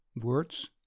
words